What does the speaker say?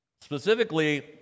specifically